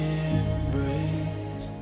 embrace